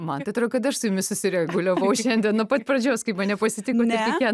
man tai atrodo kad aš su jumis susireguliavau šiandien nuo pat pradžios kaip mane pasitikote ne